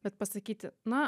bet pasakyti na